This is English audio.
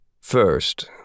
First